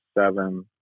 seven